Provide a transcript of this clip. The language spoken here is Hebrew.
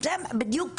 בדיוק כך.